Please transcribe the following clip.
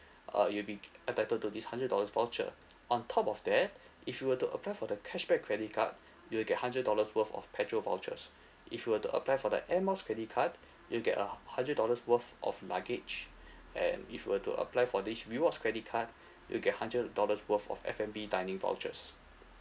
uh you'll be entitled to this hundred dollar voucher on top of that if you will to apply for the cashback credit card you will get hundred dollars worth of petrol vouchers if you will to apply for the air miles credit card you'll get a hundred dollar worth of luggage and you'll to apply for this rewards credit card you'll get hundred dollar worth of F&B dining vouchers